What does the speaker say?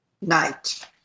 night